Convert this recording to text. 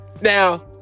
now